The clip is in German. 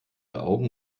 augen